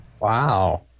Wow